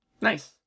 Nice